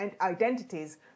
identities